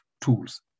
tools